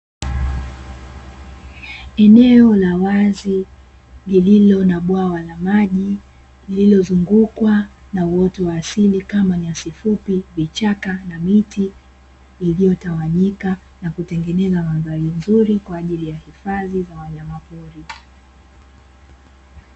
Eneo la wazi lililo na bwawa la maji lililozungukwa na uoto wa asili kama: nyasi fupi, vichaka na miti iliyotawanyika nakutengeneza mandhari nzuri kwa ajili ya hifadhi ya wanyama pori.